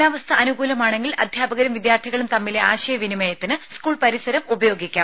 കാലാവസ്ഥ അനുകൂലമാണെങ്കിൽ അധ്യാപകരും വിദ്യാർഥികളും തമ്മിലെ ആശയവിനിമയത്തിന് സ്കൂൾ പരിസരം ഉപയോഗിക്കാം